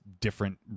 different